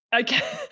Okay